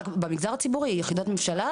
רק במגזר הציבורי, יחידות ממשלה.